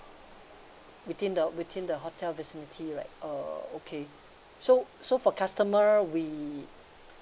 within the within the hotel vicinity right uh okay so so for customer we